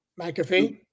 McAfee